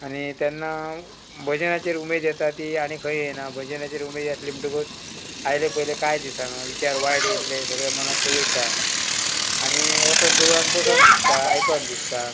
आनी तेन्ना भजनाचेर उमेद येता ती आनी खंय येना भजनाचेर उमेद आसली म्हणटकूत आयले पयले कांय दिसना विचार वायट येयल्ले सगळे मनांतले वयता आनी वचोन देवळान बसोन दिसता आयकन दिसता